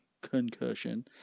concussion